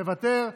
מוותר.